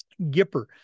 Gipper